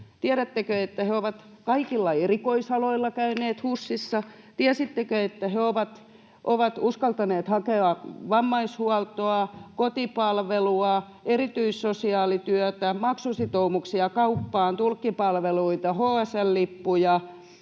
Tiedättekö, että he ovat kaikilla erikoisaloilla käyneet HUSissa? Tiesittekö, että he ovat uskaltaneet hakea vammaishuoltoa, kotipalvelua, erityissosiaalityötä, maksusitoumuksia kauppaan, tulkkipalveluita, HSL-lippuja,